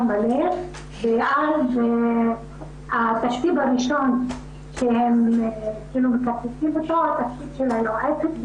ואז התקציב הראשון שהם מקצצים הוא התקציב של היועצת.